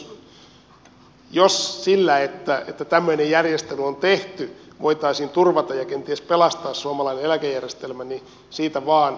sinänsä jos sillä että tämmöinen järjestely on tehty voitaisiin turvata ja kenties pelastaa suomalainen eläkejärjestelmä niin siitä vaan